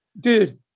dude